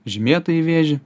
žymėtąjį vėžį